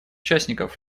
участников